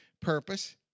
purpose